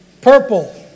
purple